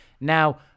now